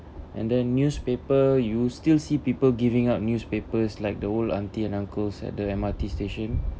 and the newspaper you still see people giving out newspapers like the old aunty and uncles at the M_R_T station